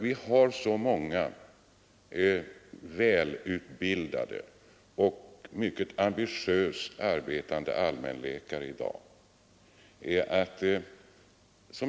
Vi har i dag välutbildade och mycket ambitiöst arbetande allmänläkare.